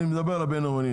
אני מדבר על הבין-עירוניים,